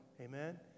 Amen